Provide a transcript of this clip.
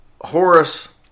Horace